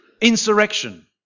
insurrection